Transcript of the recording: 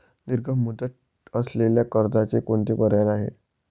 दीर्घ मुदत असलेल्या कर्जाचे कोणते पर्याय आहे?